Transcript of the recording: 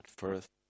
First